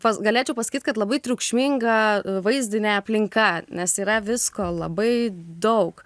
pats galėčiau pasakyt kad labai triukšminga vaizdinė aplinka nes yra visko labai daug